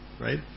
Right